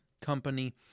company